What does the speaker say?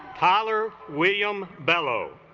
tyler william bell oh